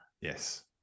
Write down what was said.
Yes